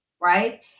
right